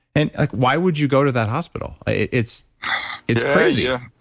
and like why would you go to that hospital? it's it's crazy yeah,